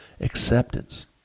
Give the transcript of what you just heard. acceptance